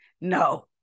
No